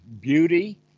beauty